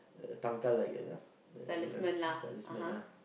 uh tangkal like you know uh talismen ah